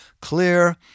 clear